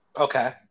Okay